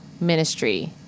ministry